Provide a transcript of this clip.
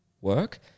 work